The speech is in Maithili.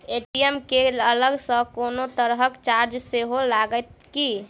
ए.टी.एम केँ अलग सँ कोनो तरहक चार्ज सेहो लागत की?